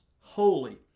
holy